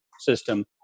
system